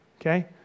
okay